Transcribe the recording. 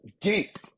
deep